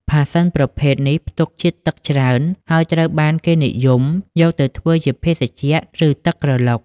ផាសសិនប្រភេទនេះផ្ទុកជាតិទឹកច្រើន ហើយត្រូវបានគេនិយមយកទៅធ្វើជាភេសជ្ជៈ ឬទឹកក្រឡុក។